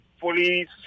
fully